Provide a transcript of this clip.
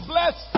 Bless